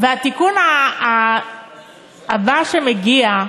והתיקון הבא שמגיע,